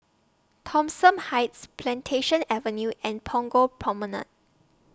Thomson Heights Plantation Avenue and Punggol Promenade